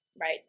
Right